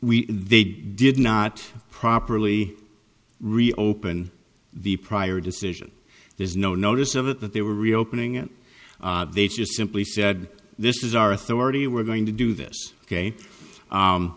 we they did not properly reopen the prior decision there's no notice of it that they were reopening it they just simply said this is our authority we're going to do this ok